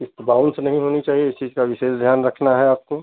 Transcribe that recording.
क़िस्त बाउंस नहीं होनी चाहिए इस चीज़ का विशेष ध्यान रखना हैं आपको